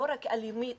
לא רק אלימות,